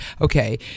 okay